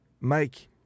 Mike